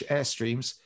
Airstreams